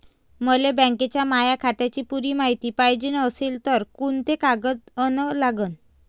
मले बँकेच्या माया खात्याची पुरी मायती पायजे अशील तर कुंते कागद अन लागन?